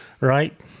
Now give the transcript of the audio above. right